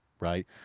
right